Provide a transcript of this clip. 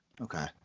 okay